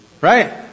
Right